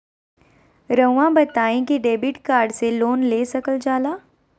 रहुआ बताइं कि डेबिट कार्ड से लोन ले सकल जाला?